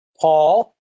Paul